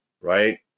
right